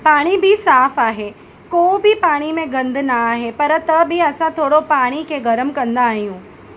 पाणी बि साफ़ु आहे को बि पाणी में गंदु न आहे पर त बि असां थोरो पाणी खे गरमु कंदा आहियूं